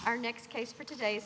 our next case for today